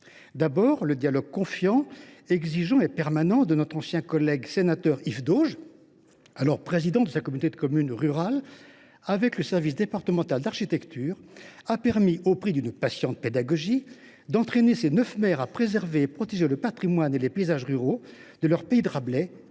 côté, le dialogue confiant, exigeant et permanent de notre ancien collègue sénateur Yves Dauge, alors président de sa communauté de communes rurales, avec le service départemental d’architecture a permis, au prix d’une patiente pédagogie, d’entraîner les neuf maires concernés à préserver et à protéger le patrimoine et les paysages ruraux du pays de Rabelais,